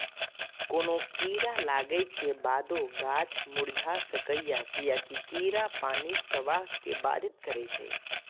कोनो कीड़ा लागै के बादो गाछ मुरझा सकैए, कियैकि कीड़ा पानिक प्रवाह कें बाधित करै छै